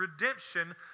redemption